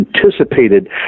anticipated